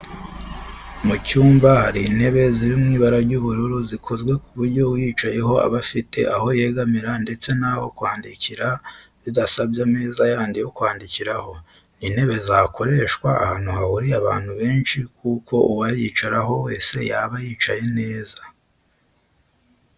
Mu cyumba hari intebe ziri mu ibara ry'ubururu zikozwe ku buryo uyicayeho aba afite aho yegamira ndetse n'aho kwandikira bidasabye ameza yandi yo kwandikiraho. Ni intebe zakoreshwa ahantu hahuriye abantu benshi kuko uwayicaraho wese yaba yicaye neza